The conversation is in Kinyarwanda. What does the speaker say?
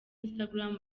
instagram